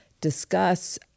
discuss